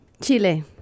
Chile